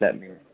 ధన్య